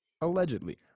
allegedly